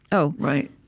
oh right.